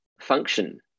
function